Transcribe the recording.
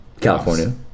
California